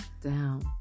down